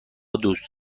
دوست